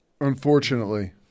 Unfortunately